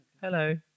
Hello